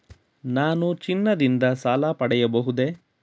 ನಾನು ಚಿನ್ನದಿಂದ ಸಾಲ ಪಡೆಯಬಹುದೇ?